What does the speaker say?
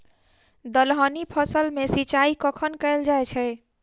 दलहनी फसल मे सिंचाई कखन कैल जाय छै?